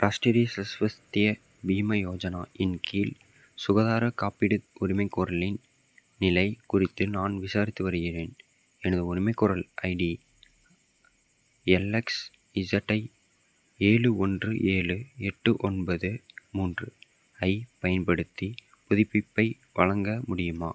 ராஷ்டிரிய ஸஸ்வஸ்திய பீம யோஜனாயின் கீழ் சுகாதாரக் காப்பீடு உரிமைக்கோரலின் நிலைக் குறித்து நான் விசாரித்து வருகிறேன் எனது உரிமைக்கோரல் ஐடி எல்எக்ஸ்இஸட்ஐ ஏழு ஒன்று ஏழு எட்டு ஒன்பது மூன்று ஐப் பயன்படுத்தி புதுப்பிப்பை வழங்க முடியுமா